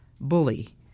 bully